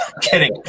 Kidding